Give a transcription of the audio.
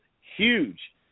huge